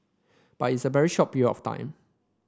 but it's a very short period of time